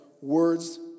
words